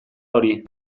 hori